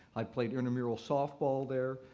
i played intramural softball there.